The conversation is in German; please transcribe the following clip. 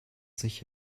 sich